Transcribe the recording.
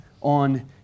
on